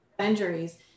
injuries